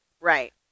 Right